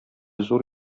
зур